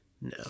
No